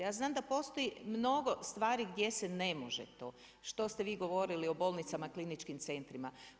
Ja znam da postoji mnogo stvari gdje se ne može to što ste vi govorili o bolnicama, kliničkim centrima.